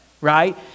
right